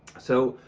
so,